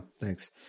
thanks